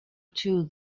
too